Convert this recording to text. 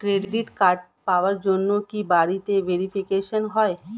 Credit card পাওয়ার জন্য কি বাড়িতে ভেরিফিকেশন হয়?